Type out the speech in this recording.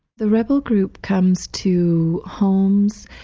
the rebel group comes to homes,